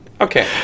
okay